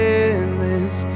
endless